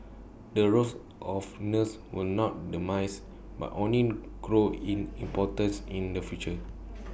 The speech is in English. the roles of nurses will not but only grow in importance in the future